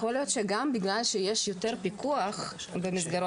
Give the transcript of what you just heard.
יכול להיות שגם בגלל שיש יותר פיקוח במסגרות